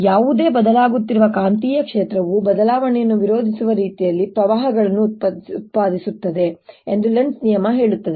ಯಾವುದೇ ಬದಲಾಗುತ್ತಿರುವ ಕಾಂತೀಯ ಕ್ಷೇತ್ರವು ಆ ಬದಲಾವಣೆಯನ್ನು ವಿರೋಧಿಸುವ ರೀತಿಯಲ್ಲಿ ಪ್ರವಾಹಗಳನ್ನು ಉತ್ಪಾದಿಸುತ್ತದೆ ಎಂದು ಲೆನ್ಜ್ ನಿಯಮ ಹೇಳುತ್ತದೆ